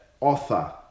author